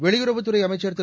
வெளியுறவுத் துறை அமைச்சர் திரு